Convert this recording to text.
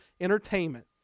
entertainment